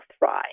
thrive